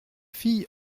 fille